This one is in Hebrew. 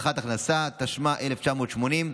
הבטחת הכנסה, התשמ"א 1980,